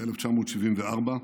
ב-1974.